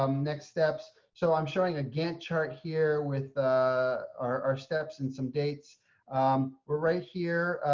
um next steps. so i'm showing a gantt chart here with our steps and some dates. we're right here.